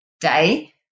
day